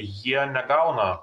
jie negauna